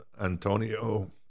Antonio